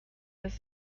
das